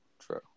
True